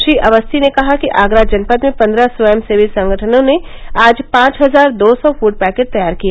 श्री अवस्थी ने कहा कि आगरा जनपद में पंद्रह स्वयंसेवी संगठनों ने आज पांच हजार दो सौ फूड पैकेट तैयार किए